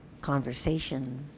conversation